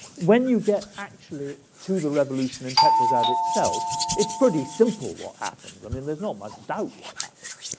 when you get actually to the revolution in petrograd itself, it's pretty simple what happens. i mean, there's not much doubt what happens.